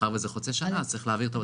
ומאחר שזה חוצה שנה צריך להעביר את העודפים.